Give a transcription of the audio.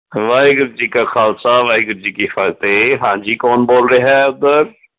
ਵਾਹਿਗੁਰੂ ਜੀ ਕਾ ਖਾਲਸਾ ਵਾਹਿਗੁਰੂ ਜੀ ਕੀ ਫਤਿਹ ਹਾਂਜੀ ਕੌਣ ਬੋਲ ਰਿਹਾ ਉੱਧਰ